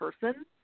person